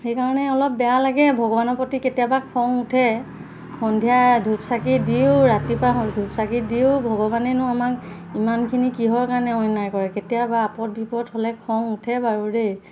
সেইকাৰণে অলপ বেয়া লাগে ভগৱানৰ প্ৰতি কেতিয়াবা খং উঠে সন্ধিয়া ধূপ চাকি দিওঁ ৰাতিপুৱা ধূপ চাকি দিও ভগৱানেনো আমাক ইমানখিনি কিহৰ কাৰণে অন্যায় কৰে কেতিয়াবা আপদ বিপদ হ'লে খং উঠে বাৰু দেই